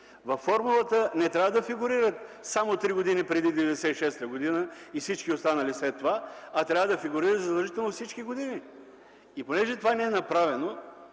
Във формулата не трябва да фигурират само три години преди 1996 г. и всички останали след това, а трябва да фигурират задължително всички години. Понеже това не е направено,